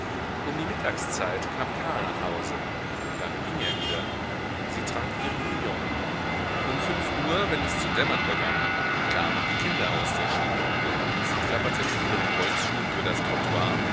um die mittagszeit kam karl nach hause dann ging er wieder sie trank ihre bouillon um fünf uhr wenn es zu dämmern begann kamen die kinder aus der schule sie klapperten mit ihren holzschuhen über das